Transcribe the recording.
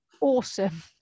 awesome